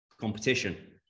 competition